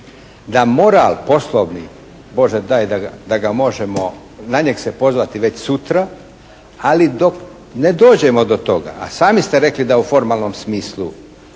da moral poslovni, Bože daj da ga možemo na njeg se pozvati već sutra. Ali dok ne dođemo do toga, a sami ste rekli da u formalnom smislu